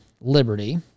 liberty